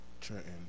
Trenton